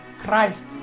Christ